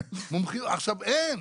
אין,